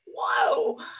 whoa